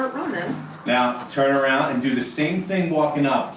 man now turn around, and do the same thing walking up,